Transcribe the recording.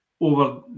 over